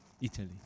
Italy